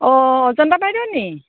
অঁ অজন্তা বাইদেউনি